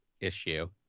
issue